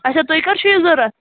اچھا تۅہہِ کَر چھُو یہِ ضروٗرت